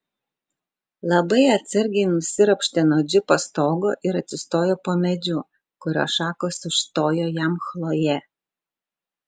labai atsargiai nusiropštė nuo džipo stogo ir atsistojo po medžiu kurio šakos užstojo jam chlojė